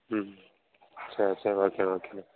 ம் சரி சரி ஓகே ஓகேண்ணா